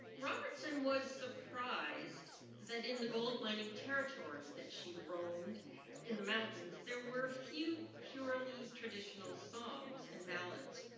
roberson was surprised that in the gold mining territory that she roamed in the mountain there were few purely traditional songs and ballads,